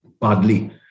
badly